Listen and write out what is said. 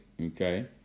okay